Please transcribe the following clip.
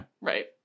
right